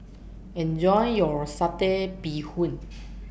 Enjoy your Satay Bee Hoon